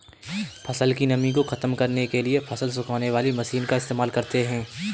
फसल की नमी को ख़त्म करने के लिए फसल सुखाने वाली मशीन का इस्तेमाल करते हैं